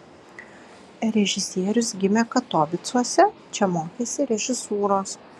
režisierius gimė katovicuose čia mokėsi režisūros